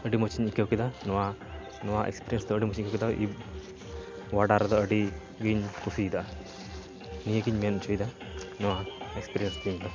ᱟᱹᱰᱤ ᱢᱚᱡᱤᱧ ᱟᱹᱭᱠᱟᱹᱣ ᱠᱮᱫᱟ ᱱᱚᱣᱟ ᱱᱚᱣᱟ ᱮᱠᱥᱯᱤᱨᱤᱭᱮᱱᱥ ᱫᱚ ᱟᱹᱰᱤ ᱢᱚᱡᱤᱧ ᱚᱣᱟᱰᱟᱨ ᱨᱮᱫᱚ ᱟᱹᱰᱤᱜᱮᱧ ᱠᱩᱥᱤᱭᱟᱫᱟ ᱱᱤᱭᱟᱹᱜᱮ ᱢᱮᱱᱚᱪᱚᱭᱮᱫᱟ ᱱᱚᱣᱟ ᱮᱠᱥᱯᱤᱨᱤᱭᱮᱱᱥ ᱫᱚ